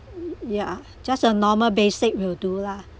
yeah just a normal basic will do lah